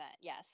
yes